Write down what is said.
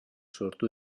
sortu